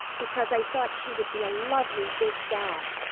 because i thought she would be a lovely big doll.